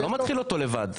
הוא לא מתחיל אותו לבד,